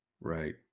Right